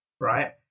right